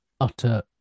utter